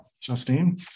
Justine